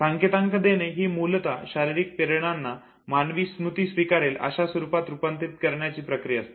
संकेतांक देणे ही मूलतः शारीरिक प्रेरणांना मानवी स्मृती स्वीकारेल अशा स्वरूपात रूपांतरित करण्याची प्रक्रिया असते